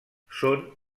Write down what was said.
són